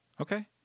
Okay